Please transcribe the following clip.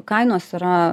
kainos yra